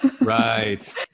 Right